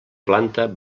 planta